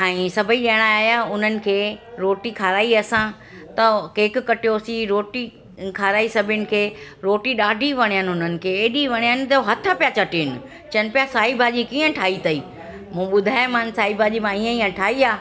ऐं सभई ॼणा आहियां उन्हनि खे रोटी खाराई असां त केक कटियोसीं रोटी खाराई सभिनि खे रोटी ॾाढी वणनि उन्हनि खे हेॾी वणनि की हो हथु पिया चटियनि चवनि पिया साई भाॼी कीअं ठाही अथई मूं ॿुधायो मान साई भाॼी मां ईआं ईअं ठाही आहे